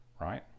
right